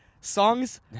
Songs